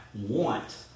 want